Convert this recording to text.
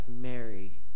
Mary